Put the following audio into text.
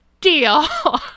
deal